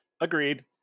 Agreed